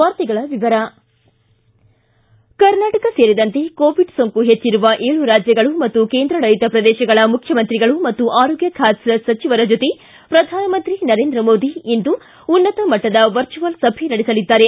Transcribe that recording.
ವಾರ್ತೆಗಳ ವಿವರ ಕರ್ನಾಟಕ ಸೇರಿದಂತೆ ಕೋವಿಡ್ ಸೋಂಕು ಹೆಚ್ಚಿರುವ ಏಳು ರಾಜ್ಯಗಳು ಮತ್ತು ಕೇಂದ್ರಾಡಳತ ಪ್ರದೇಶಗಳ ಮುಖ್ಯಮಂತ್ರಿಗಳು ಮತ್ತು ಆರೋಗ್ಯ ಖಾತೆ ಸಚಿವರ ಜೊತೆ ಶ್ರಧಾನಮಂತ್ರಿ ನರೇಂದ್ರ ಮೋದಿ ಇಂದು ಉನ್ನತ ಮಟ್ಟದ ವರ್ಚುವಲ್ ಸಭೆ ನಡೆಸಲಿದ್ದಾರೆ